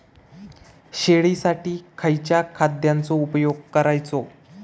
शेळीसाठी खयच्या खाद्यांचो उपयोग करायचो?